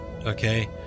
Okay